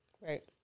Right